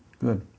Good